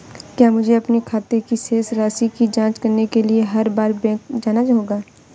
क्या मुझे अपने खाते की शेष राशि की जांच करने के लिए हर बार बैंक जाना होगा?